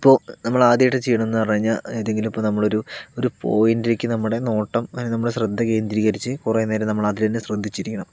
ഇപ്പോൾ നമ്മളാദ്യമായിട്ട് ചെയ്യണമെന്ന് പറഞ്ഞു കഴിഞ്ഞാൽ ഏതെങ്കിലും ഇപ്പോൾ നമ്മളൊരു ഒരു പോയിന്റിലേക്ക് നമ്മുടെ നോട്ടം അതിൽ നമ്മുടെ ശ്രദ്ധ കേന്ദ്രീകരിച്ച് കുറെ നേരം നമ്മളതിൽ തന്നെ ശ്രദ്ധിച്ചു ഇരിക്കണം